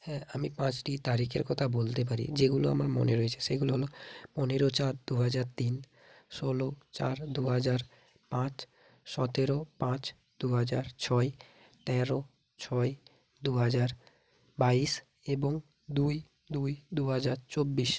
হ্যাঁ আমি পাঁচটি তারিখের কথা বলতে পারি যেগুলো আমার মনে রয়েছে সেগুলো হলো পনেরো চার দু হাজার তিন ষোলো চার দু হাজার পাঁচ সতেরো পাঁচ দু হাজার ছয় তেরো ছয় দু হাজার বাইশ এবং দুই দুই দু হাজার চব্বিশ